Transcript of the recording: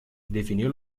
definió